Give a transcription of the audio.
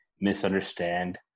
misunderstand